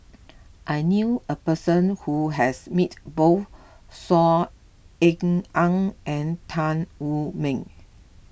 I knew a person who has met both Saw Ean Ang and Tan Wu Meng